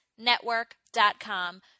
network.com